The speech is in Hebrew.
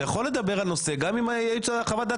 אתה יכול לדבר על נושא גם אם חוות הדעת